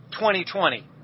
2020